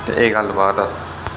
ते एह् गल्ल बात